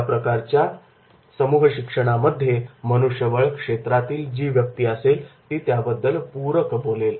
या प्रकारच्या समूह शिक्षणामध्ये मनुष्यबळ क्षेत्रातील जी व्यक्ती असेल ती याबद्दल पूरक बोलेल